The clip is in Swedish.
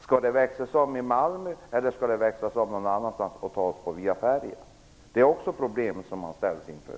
Skall det växlas om i Malmö eller någon annanstans och tas via färja? Detta är också ett problem som man kommer att ställas inför.